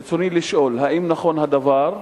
רצוני לשאול: 1. האם נכון הדבר?